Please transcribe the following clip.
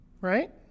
right